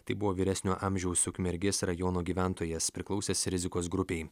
tai buvo vyresnio amžiaus ukmergės rajono gyventojas priklausęs rizikos grupei